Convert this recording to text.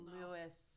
Lewis